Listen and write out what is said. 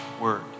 word